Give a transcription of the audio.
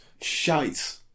shite